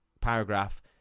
paragraph